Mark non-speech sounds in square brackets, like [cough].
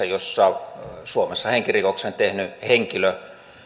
[unintelligible] jossa suomessa henkirikoksen tehnyt henkilö